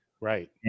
Right